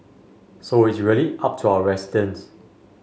so it's really up to our residents